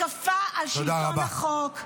מההתקפה על שלטון החוק.